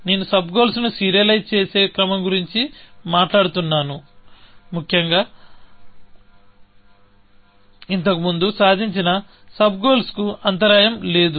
నేను సబ్ గోల్స్ను సీరియలైజ్ చేసే క్రమం గురించి మాట్లాడుతున్నాను ముఖ్యంగా ఇంతకు ముందు సాధించిన సబ్ గోల్స్ కు అంతరాయం లేదు